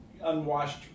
unwashed